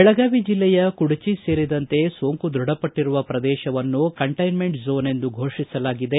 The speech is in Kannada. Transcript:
ಬೆಳಗಾವಿ ಬೆಲ್ಲೆಯ ಕುಡಚಿ ಸೇರಿದಂತೆ ಸೋಂಕು ದೃಢಪಟ್ಟರುವ ಪ್ರದೇಶನ್ನು ಕಂಟೈನ್ಲೆಂಟ್ ಝೋನ್ ಎಂದು ಫೋಷಿಸಲಾಗಿದೆ